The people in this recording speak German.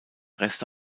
reste